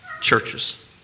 churches